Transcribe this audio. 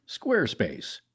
Squarespace